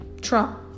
Trump